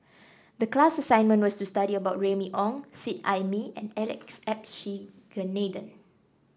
the class assignment was to study about Remy Ong Seet Ai Mee and Alex Abisheganaden